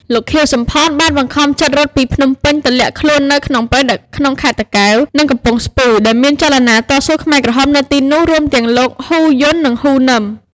លោក ខៀវ សំផន បានបង្ខំចិត្តរត់ពីភ្នំពេញទៅលាក់ខ្លួននៅព្រៃក្នុងខេត្តតាកែវ និងកំពង់ស្ពឺ ដែលមានចលនាតស៊ូខ្មែរក្រហមនៅទីនោះ រួមទាំងលោក ហ៊ូ យន់ និង ហ៊ូ នីម ។